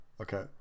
okay